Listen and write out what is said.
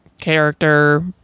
character